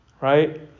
Right